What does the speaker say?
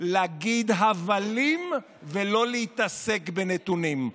להגיד הבלים ולא להתעסק בנתונים.